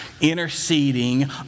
interceding